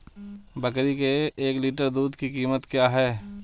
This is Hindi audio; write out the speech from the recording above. बकरी के एक लीटर दूध की कीमत क्या है?